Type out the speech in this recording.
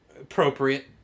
appropriate